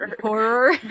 horror